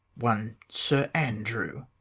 one sir andrew